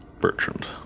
Bertrand